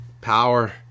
Power